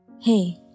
Hey